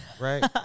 right